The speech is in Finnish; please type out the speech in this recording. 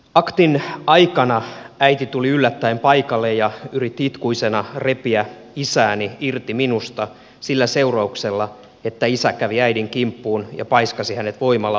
aktin aikana äiti tuli yllättäen paikalle ja yritti itkuisena repiä isääni irti minusta sillä seurauksella että isä kävi äidin kimppuun ja paiskasi hänet voimalla ovenkulmaa vasten